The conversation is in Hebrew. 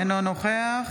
אינו נוכח